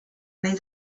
nahi